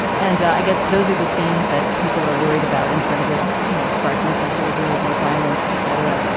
and i guess those are the scenes that people are worried about in terms of you know sparking some sort of real world violence et cetera.